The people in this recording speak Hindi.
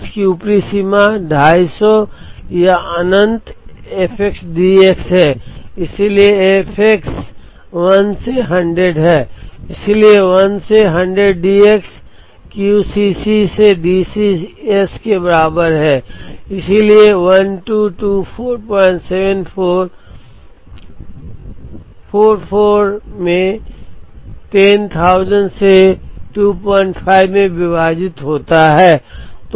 इसकी ऊपरी सीमा 250 या अनंत f x d x है इसलिए f x 1 से 100 है इसलिए 1 से 100 d x Q C c से D C s के बराबर है इसलिए 122474 4 4 में 10000 से 25 में विभाजित होता है